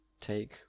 take